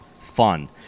fun